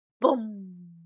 boom